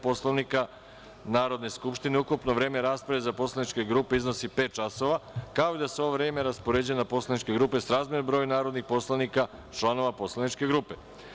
Poslovnika Narodne skupštine, ukupno vreme rasprave za poslaničke grupe iznosi pet časova, kao i da se ovo vreme raspoređuje na poslaničke grupe srazmerno broju narodnih poslanika, članova poslaničke grupe.